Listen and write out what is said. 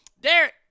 Derek